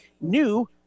new